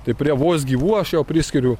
tai prie vos gyvų aš jau priskiriu